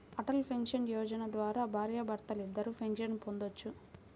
Atal pension Yojana ద్వారా భార్యాభర్తలిద్దరూ pension పొందొచ్చు